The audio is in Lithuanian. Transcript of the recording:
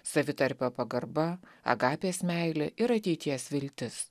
savitarpio pagarba agapės meilė ir ateities viltis